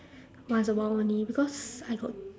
once a while only because I got